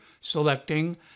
selecting